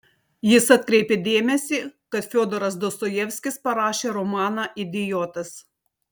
jis atkreipė dėmesį kad fiodoras dostojevskis parašė romaną idiotas